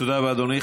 תודה רבה אדוני.